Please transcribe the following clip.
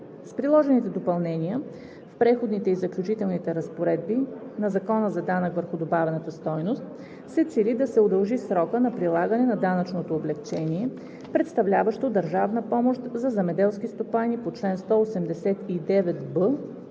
С предложените допълнения в Преходните и заключителните разпоредби на Закона за данък върху добавената стойност се цели да се удължи срокът на прилагане на данъчното облекчение, представляващо държавна помощ за земеделски стопани по чл. 189б